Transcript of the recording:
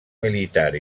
militar